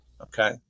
Okay